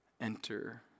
enter